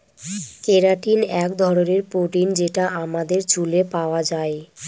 keratin এক ধরনের protein যেটা আমাদের চুলে পাওয়া যায়